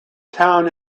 town